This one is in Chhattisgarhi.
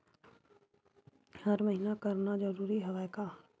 हर महीना करना जरूरी हवय का?